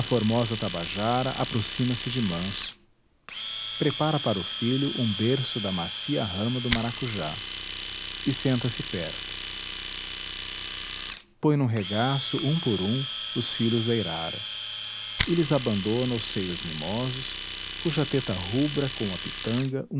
formosa tabajara aproxima-se de manso prepara para o filho um berço da macia rama do maracujá e senta-se perto põe no regaço um por um os filhos da irara e lhes abandona os seios mimosos cuja teta rubra como a pitanga